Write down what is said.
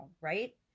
right